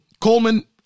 Coleman